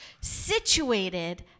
situated